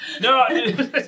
no